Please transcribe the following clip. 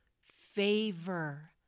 favor